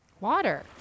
water